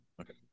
Okay